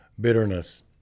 Bitterness